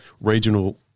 Regional